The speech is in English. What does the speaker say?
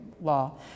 law